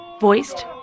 Voiced